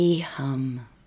hum